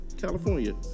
California